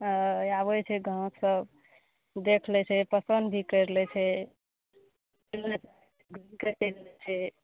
हँ आबय छै गाँहक सब देख लै छै पसन्द भी करि लै छै घुमि कऽ चलि जाइ छै